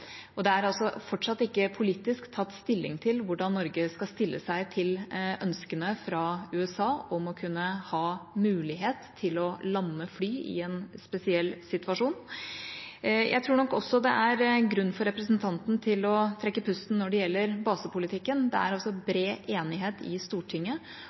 Det er fortsatt ikke politisk tatt stilling til hvordan Norge skal stille seg til ønskene fra USA om å kunne ha mulighet til å lande fly i en spesiell situasjon. Jeg tror nok også det er grunn for representanten til å trekke pusten når det gjelder basepolitikken. Det er altså bred enighet i Stortinget